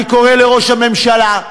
אני קורא לראש הממשלה: